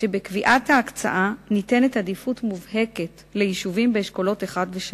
שבקביעת ההקצאה ניתנת עדיפות מובהקת ליישובים באשכולות 1 3,